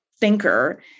thinker